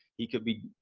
he could be,